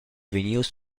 vegnius